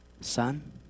Son